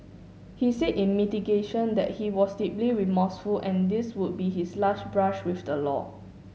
he said in mitigation that he was deeply remorseful and this would be his last brush with the law